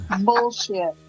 Bullshit